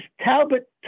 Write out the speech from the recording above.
Talbot